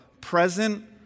present